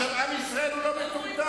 אז למה הוא התנצל?